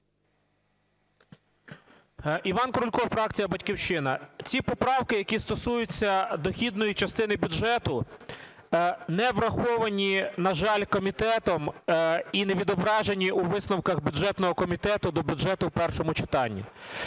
Іван Крулько, фракція "Батьківщина". Ці поправки, які стосуються дохідної частини бюджету, не враховані, на жаль, комітетом і не відображені у висновках бюджетного комітету до бюджету в першому читанні.